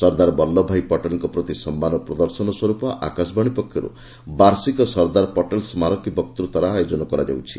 ସର୍ଦ୍ଦାର ବଲ୍ଲଭ ଭାଇ ପଟେଲଙ୍କ ପ୍ରତି ସମ୍ମାନ ପ୍ରଦର୍ଶନ ସ୍ୱରୂପ ଆକାଶବାଣୀ ପକ୍ଷରୁ ବାର୍ଷିକ ସର୍ଦ୍ଦାର ପଟେଲ ସ୍କାରକୀ ବକ୍ତୂତାର ଆୟୋଜନ କରାଯାଉଛି